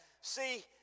See